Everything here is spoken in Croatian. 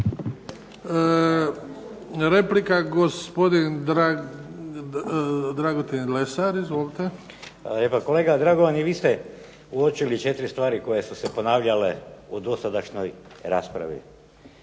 Dragutin (Nezavisni)** Hvala lijepa. Kolega Dragovan i vi ste uočili četiri stvari koje su se ponavljale u dosadašnjoj raspravi.